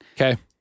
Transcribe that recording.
Okay